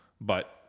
but-